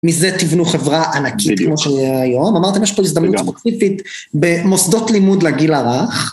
מזה תבנו חברה ענקית כמו שהיה היום. אמרתם יש פה הזדמנות ספוציפית במוסדות לימוד לגיל הרך.